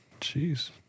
Jeez